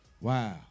Wow